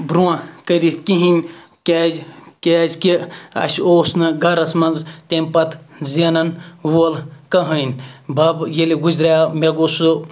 برونٛہہ کٔرِتھ کِہیٖنۍ کیٛازِ کیٛازِکہِ اَسہِ اوس نہٕ گَرَس منٛز تمہِ پَتہٕ زینان وول کٕہٕنۍ بَب ییٚلہِ گُزریٛوو مےٚ گوٚو سُہ